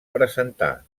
presentar